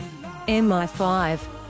MI5